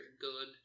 good